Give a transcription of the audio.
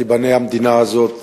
תיבנה המדינה הזאת,